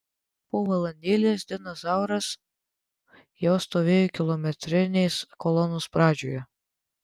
po valandėlės dinas zauras jau stovėjo kilometrinės kolonos pradžioje